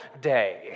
day